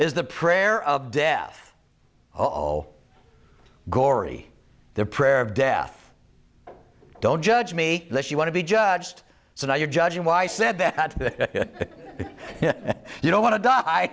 is the prayer of death all gory the prayer of death don't judge me that you want to be judged so now you're judging why i said that you don't want to die